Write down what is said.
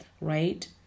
right